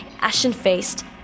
ashen-faced